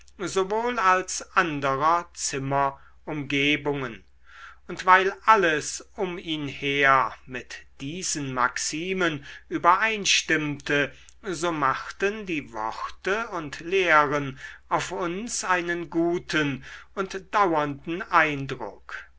sowohl als anderer zimmerumgebungen und weil alles um ihn her mit diesen maximen übereinstimmte so machten die worte und lehren auf uns einen guten und dauernden eindruck